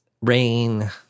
rain